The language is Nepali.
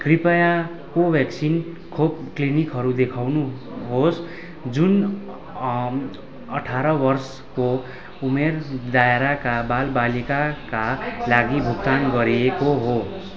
कृपया कोभ्याक्सिन खोप क्लिनिकहरू देखाउनुहोस् जुन अठार वर्षको उमेर दायराका बालबालिकाका लागि भुक्तान गरिएको हो